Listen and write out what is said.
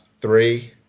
three